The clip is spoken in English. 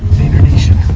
vayner nation.